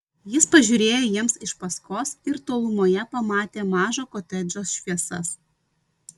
jis pažiūrėjo jiems iš paskos ir tolumoje pamatė mažo kotedžo šviesas